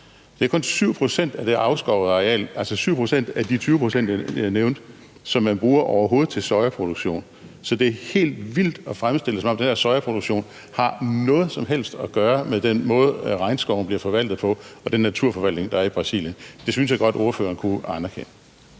Det er kun 7 pct. af det afskovede areal, altså 7 pct. af de 20 pct., jeg nævnte, som man overhovedet bruger til sojaproduktion, så det er helt vildt at fremstille det, som om den her sojaproduktion har noget som helst at gøre med den måde, regnskoven bliver forvaltet på, og den naturforvaltning, der er i Brasilien. Det synes jeg godt ordføreren kunne anerkende.